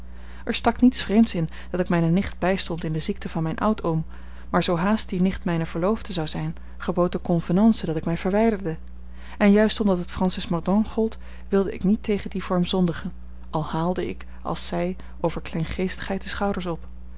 er stak niets vreemds in dat ik mijne nicht bijstond in de ziekte van mijn oudoom maar zoo haast die nicht mijne verloofde zou zijn gebood de convenance dat ik mij verwijderde en juist omdat het francis mordaunt gold wilde ik niet tegen dien vorm zondigen al haalde ik als zij over kleingeestigheid de schouders op